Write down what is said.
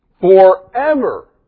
Forever